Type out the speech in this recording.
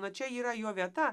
na čia yra jo vieta